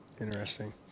Interesting